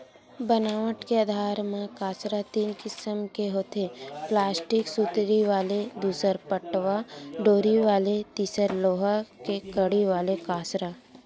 बनावट के आधार म कांसरा तीन किसम के होथे प्लास्टिक सुतरी वाले दूसर पटवा डोरी वाले तिसर लोहा के कड़ी वाले कांसरा